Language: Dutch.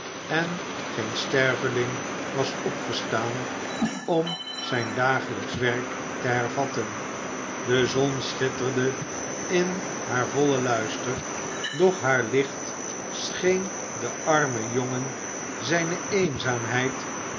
en geen sterveling was opgestaan om zijn dagelijksch werk te hervatten de zon schitterde in haar vollen luister doch haar licht scheen den armen jongen zijne eenzaamheid